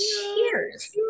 cheers